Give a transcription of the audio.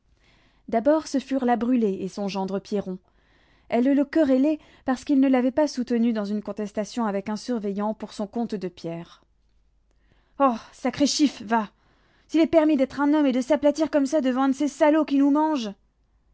d'abord ce furent la brûlé et son gendre pierron elle le querellait parce qu'il ne l'avait pas soutenue dans une contestation avec un surveillant pour son compte de pierres oh sacrée chiffe va s'il est permis d'être un homme et de s'aplatir comme ça devant un de ces salops qui nous mangent